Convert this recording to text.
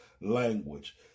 language